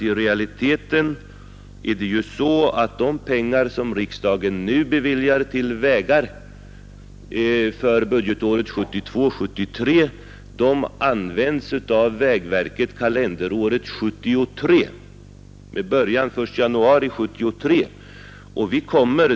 I realiteten är det ju så att de pengar som riksdagen nu beviljar till vägar för budgetåret 1972/73 används av vägverket kalenderåret 1973 med början den 1 januari 1973.